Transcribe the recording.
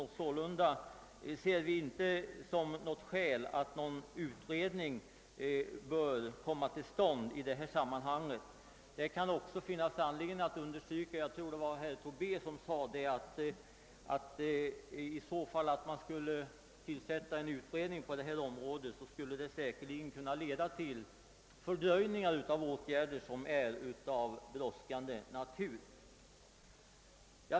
Därför anser vi inte heller att det finns något skäl att företa en utredning i detta sammanhang. Jag tror att det var herr Tobé som sade att en utredning på detta område skulle kunna leda till fördröjning av åtgärder av brådskande natur.